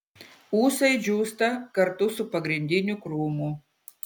ūsai džiūsta kartu su pagrindiniu krūmu